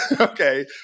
okay